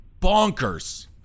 bonkers